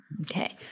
Okay